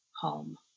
home